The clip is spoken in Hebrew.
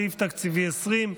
סעיף תקציבי 20,